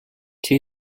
two